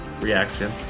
reaction